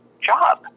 job